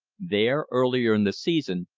there, earlier in the season,